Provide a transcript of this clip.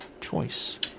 choice